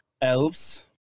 Elves